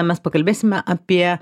mes pakalbėsime apie